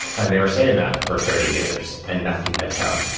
and they were saying that for thirty years, and nothing had come.